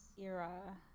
era